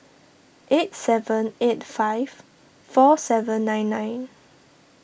eight seven eight five four seven nine nine